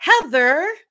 Heather